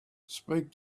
speak